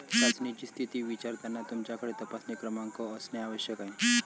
चाचणीची स्थिती विचारताना तुमच्याकडे तपासणी क्रमांक असणे आवश्यक आहे